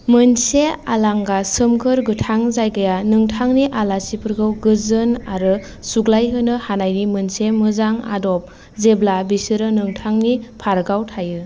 मोनसे आलांगा सोमखोर गोथां जायगाया नोंथांनि आलासिफोरखौ गोजोन आरो सुग्लायहोनो हानायनि मोनसे मोजां आद'ब जेब्ला बेसोरो नोंथांनि पार्कआव थायो